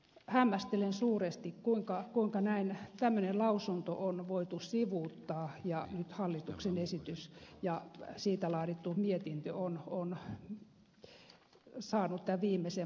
hämmästelen suuresti kuinka tämmöinen lausunto on voitu sivuuttaa ja nyt hallituksen esitys ja siitä laadittu mietintö on saanut tämän viimeisen muotonsa